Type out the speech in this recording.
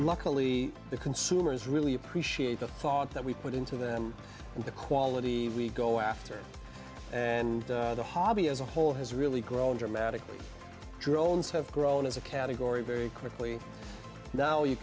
luckily the consumers really appreciate the thought that we put into them and the quality we go after and the hobby as a whole has really grown dramatically drones have grown as a category very quickly now you